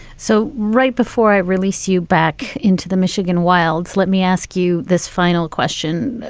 so right before i release you back into the michigan wilds, let me ask you this final question.